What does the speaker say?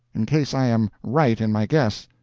in case i am right in my guess.